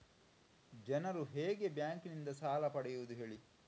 ಜನರು ಹೇಗೆ ಬ್ಯಾಂಕ್ ನಿಂದ ಸಾಲ ಪಡೆಯೋದು ಹೇಳಿ